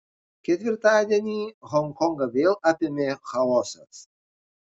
ketvirtadienį honkongą vėl apėmė chaosas